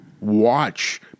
watch